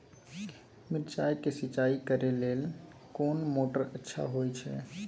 मिर्चाय के सिंचाई करे लेल कोन मोटर अच्छा होय छै?